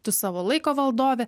tu savo laiko valdovė